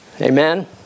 Amen